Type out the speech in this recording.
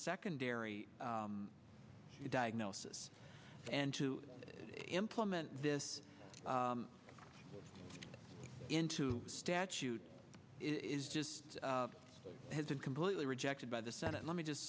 secondary diagnosis and to implement this into statute is just hasn't completely rejected by the senate let me just